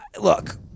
look